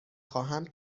خواهم